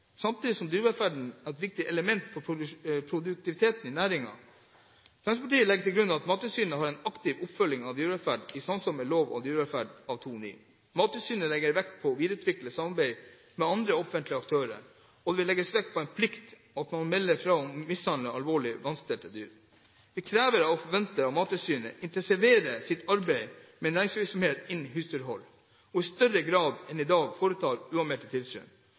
Samtidig er dyrevelferd et viktig element for produktiviteten i næringene. Fremskrittspartiet legger til grunn at Mattilsynet har en aktiv oppfølging av dyrevelferd i samsvar med lov om dyrevelferd av 2009. Mattilsynet legger vekt på å videreutvikle samarbeidet med andre offentlige aktører, og det legges vekt på den plikt alle har til å melde fra om mishandling og alvorlig vanstell av dyr. Vi krever og forventer at Mattilsynet intensiverer sitt arbeid med næringsvirksomhet innen husdyrhold og i større grad enn i dag foretar uanmeldte tilsyn.